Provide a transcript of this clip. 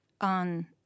on